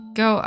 go